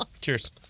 Cheers